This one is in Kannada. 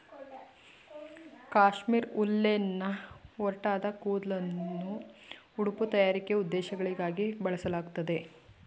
ಕಾಶ್ಮೀರ್ ಉಲ್ಲೆನ್ನ ಒರಟಾದ ಕೂದ್ಲನ್ನು ಉಡುಪು ತಯಾರಿಕೆ ಉದ್ದೇಶಗಳಿಗಾಗಿ ಬಳಸಲಾಗ್ತದೆ